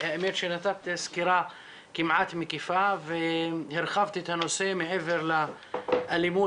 האמת שנתת סקירה כמעט מקיפה והרחבת את הנושא מעבר לאלימות